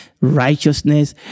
righteousness